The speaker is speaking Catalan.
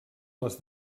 les